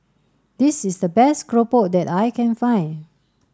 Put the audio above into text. this is the best Keropok that I can find